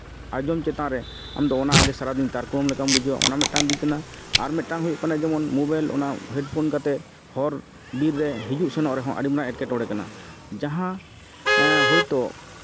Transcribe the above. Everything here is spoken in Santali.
ᱟᱸᱡᱚᱢ ᱪᱮᱛᱟᱱ ᱨᱮ ᱟᱢᱫᱚ ᱚᱱᱟ ᱟᱜᱮ ᱥᱟᱨᱟᱫᱤ ᱛᱟᱨᱠᱳ ᱟᱢ ᱞᱮᱠᱟᱢ ᱵᱩᱡᱷᱟᱹᱣᱟ ᱚᱱᱟ ᱢᱤᱫᱴᱟᱱ ᱫᱤᱠ ᱠᱟᱱᱟ ᱟᱨ ᱢᱤᱫᱴᱟᱱ ᱦᱩᱭᱩᱜ ᱠᱟᱱᱟ ᱡᱮᱢᱚᱱ ᱢᱳᱵᱟᱭᱤᱞ ᱚᱱᱟ ᱦᱮᱰᱯᱷᱚᱱ ᱠᱟᱛᱮᱫ ᱦᱚᱨ ᱵᱤᱨ ᱨᱮ ᱦᱤᱡᱩᱜ ᱥᱮᱱᱚᱜ ᱨᱮᱦᱚᱸ ᱟᱹᱰᱤ ᱢᱟᱨᱟᱝ ᱮᱸᱴᱠᱮᱴᱚᱬᱮ ᱠᱟᱱᱟ ᱡᱟᱦᱟᱸ ᱦᱚᱭᱛᱳ